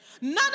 none